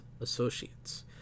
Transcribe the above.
associates